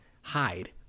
hide